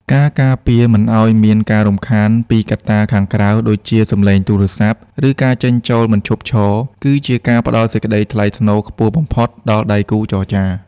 ការការពារមិនឱ្យមានការរំខានពីកត្តាខាងក្រៅ ដូចជាសម្លេងទូរស័ព្ទ ឬការចេញចូលមិនឈប់ឈរ គឺជាការផ្តល់សេចក្ដីថ្លៃថ្នូរខ្ពស់បំផុតដល់ដៃគូចរចា។